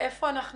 היכן אנחנו